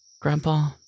Grandpa